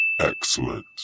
Excellent